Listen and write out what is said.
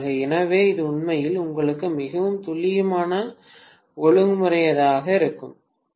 எனவே இது உண்மையில் உங்களுக்கு மிகவும் துல்லியமான ஒழுங்குமுறையைத் தரும்